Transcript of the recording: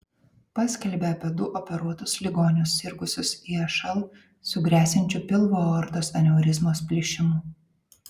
paskelbė apie du operuotus ligonius sirgusius išl su gresiančiu pilvo aortos aneurizmos plyšimu